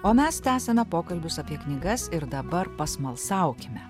o mes tęsiame pokalbius apie knygas ir dabar pasmalsaukime